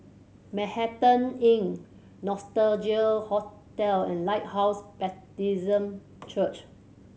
Manhattan Inn Nostalgia Hotel and Lighthouse Baptist Church